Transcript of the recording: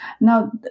Now